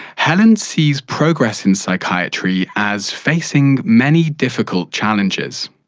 helen sees progress in psychiatry as facing many difficult challenges.